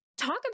Talk